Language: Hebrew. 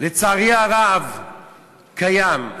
לצערי הרב, קיים.